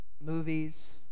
movies